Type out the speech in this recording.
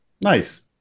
nice